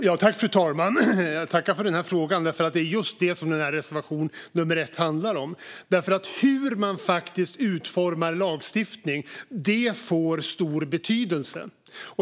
Fru talman! Jag tackar för frågan, för det är just detta som reservation nummer 1 handlar om. Hur man utformar lagstiftning får stor betydelse.